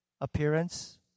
appearance